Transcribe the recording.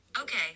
Okay